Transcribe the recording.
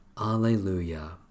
Alleluia